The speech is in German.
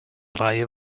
reihe